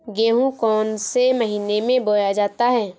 गेहूँ कौन से महीने में बोया जाता है?